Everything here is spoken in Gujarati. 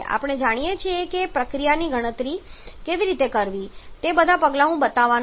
આપણે જાણીએ છીએ કે પ્રક્રિયાની ગણતરી કેવી રીતે કરવી તે બધા પગલાં હું બતાવવાનો નથી